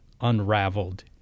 unraveled